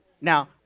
Now